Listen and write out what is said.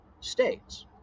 states